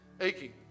aching